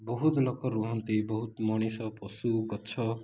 ବହୁତ ଲୋକ ରୁହନ୍ତି ବହୁତ ମଣିଷ ପଶୁ ଗଛ